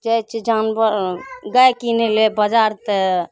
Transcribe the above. जाइ छियै जानवर गाय किनै लए बजार तऽ